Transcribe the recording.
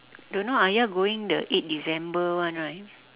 don't know ayah going the eight december one right